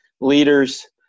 leaders